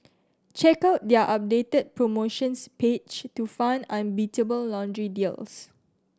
check out their updated promotions page to find unbeatable laundry deals